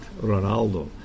Ronaldo